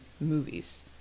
movies